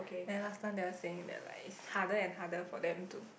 then last time they were saying that like it's harder and harder for them to